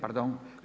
Pardon.